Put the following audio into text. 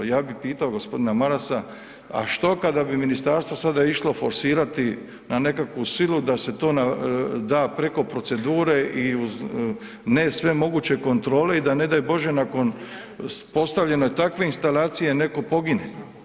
Ja bi pitao g. Marasa, a što kada bi ministarstvo sada išlo forsirati na nekakvu silu da se to na, da preko procedura i uz ne sve moguće kontrole i da, ne daj Bože, nakon postavljanja takve instalacije netko pogine.